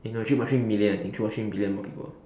eh no three point three million I think three million more people